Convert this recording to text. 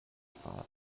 thought